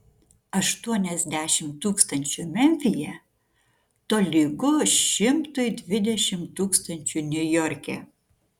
aštuoniasdešimt tūkstančių memfyje tolygu šimtui dvidešimt tūkstančių niujorke